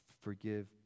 forgive